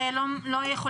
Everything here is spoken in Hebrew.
-- לא מאוישים,